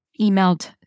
emailed